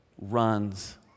runs